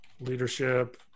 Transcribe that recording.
leadership